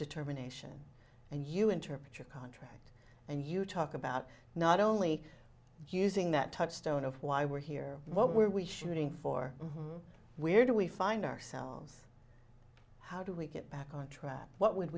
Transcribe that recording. determination and you interpret your contract and you talk about not only using that touchstone of why we're here what were we shooting for where do we find ourselves how do we get back on track what would